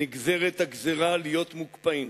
נגזרת הגזירה להיות מוקפאים.